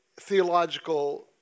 theological